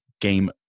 game